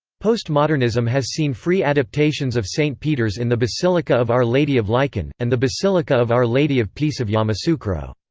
post-modernism has seen free adaptations of st peter's in the basilica of our lady of lichen, and the basilica of our lady of peace of yamoussoukro.